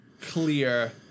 clear